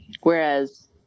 Whereas